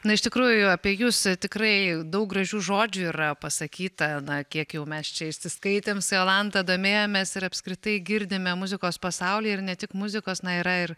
na iš tikrųjų apie jus tikrai daug gražių žodžių yra pasakyta na kiek jau mes čia įsiskaitėm su jolanta domėjomės ir apskritai girdime muzikos pasauly ir ne tik muzikos na yra ir